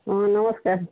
ହଁ ନମସ୍କାର୍